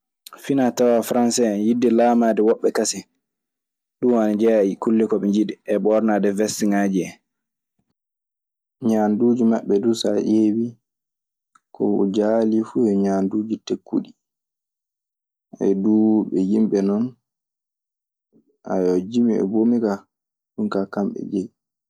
Finatawa farase hen yide lamadee woɓe kaseene dun ana jeya e kulee ko ɓe jiɗi e ɓornaɗe wesgaji hen. Ñaanduuji maɓɓe duu so a ƴeewii, ko jaalii fuu yo ñaanduuji tekkuɗi. ɓe yimɓe non, jimi e bomi kaa, ɗun kaa kamɓe njeyi.